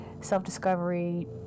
Self-discovery